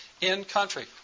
in-country